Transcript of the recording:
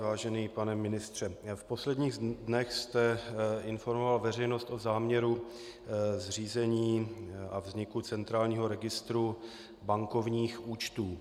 Vážený pane ministře, v posledních dnech jste informoval veřejnost o záměru zřízení a vzniku centrálního registru bankovních účtů.